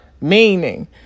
Meaning